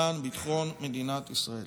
למען ביטחון מדינת ישראל.